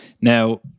Now